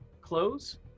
close